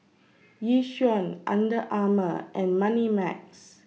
Yishion Under Armour and Moneymax